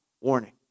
warning